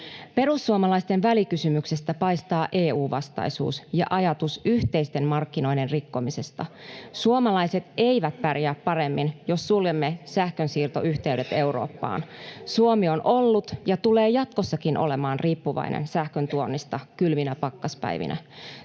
Perussuomalaisten välikysymyksestä paistaa EU-vastaisuus ja ajatus yhteisten markkinoiden rikkomisesta. Suomalaiset eivät pärjää paremmin, jos suljemme sähkönsiirtoyhtey-det Eurooppaan. Suomi on ollut ja tulee jatkossakin olemaan riippuvainen sähkön tuonnista kylminä pakkaspäivinä.